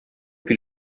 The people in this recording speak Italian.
più